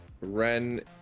ren